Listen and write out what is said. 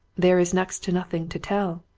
there is next to nothing to tell.